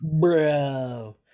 bro